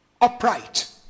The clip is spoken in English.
Upright